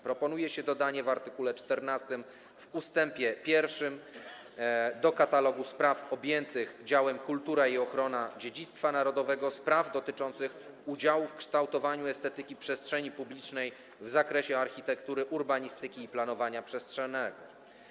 Proponuje się dodanie w art. 14 w ust. 1 do katalogu spraw objętych działem: kultura i ochrona dziedzictwa narodowego spraw dotyczących udziału w kształtowaniu estetyki przestrzeni publicznej w zakresie architektury, urbanistyki i planowania przestrzennego.